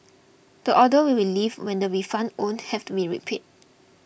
the order will be lifted when the refunds owed have to be repaid